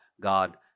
God